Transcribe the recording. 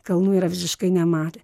kalnų yra visiškai nematę